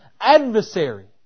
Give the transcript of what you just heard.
adversary